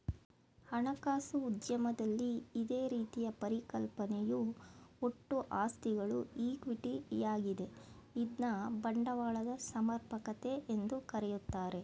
ಹಣಕಾಸು ಉದ್ಯಮದಲ್ಲಿ ಇದೇ ರೀತಿಯ ಪರಿಕಲ್ಪನೆಯು ಒಟ್ಟು ಆಸ್ತಿಗಳು ಈಕ್ವಿಟಿ ಯಾಗಿದೆ ಇದ್ನ ಬಂಡವಾಳದ ಸಮರ್ಪಕತೆ ಎಂದು ಕರೆಯುತ್ತಾರೆ